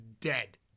dead